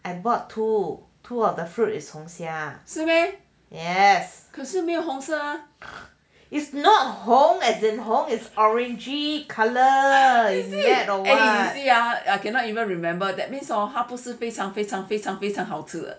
I bought two two of the fruit is 红霞 yes it is not 红 as in 红 it is orangey in colour